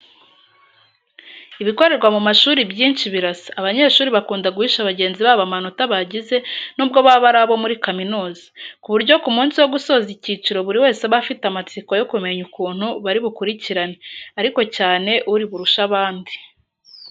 Ibikorerwa mu mashuri byinshi birasa, abanyeshuri bakunda guhisha bagenzi babo amanota bagize n'ubwo baba ari abo muri kaminuza, ku buryo ku munsi wo gusoza icyiciro buri wese aba afite amatsiko yo kumenya ukuntu bari bukurikirane, ariko cyane uri burushe abandi.